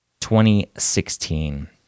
2016